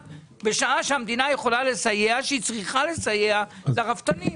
בשעה שהמדינה יכולה לסייע והיא צריכה לסייע לרפתנים?